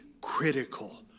critical